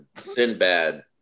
Sinbad